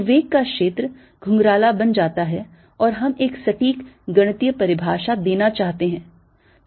तो वेग का क्षेत्र घुंघराला बन जाता है और हम एक सटीक गणितीय परिभाषा देना चाहते हैं